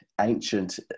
ancient